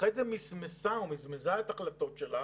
ואחרי כן מסמסה או מזמזה את ההחלטות שלה